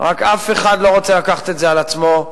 רק אף אחד לא רוצה לקחת את זה על עצמו.